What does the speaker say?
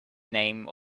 name